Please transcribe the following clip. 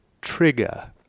trigger